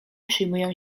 przyjmują